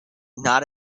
not